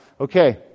okay